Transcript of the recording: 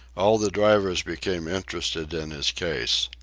all the drivers became interested in his case.